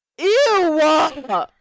ew